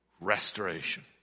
restoration